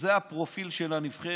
שזה הפרופיל של הנבחרת.